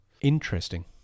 interesting